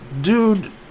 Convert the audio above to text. Dude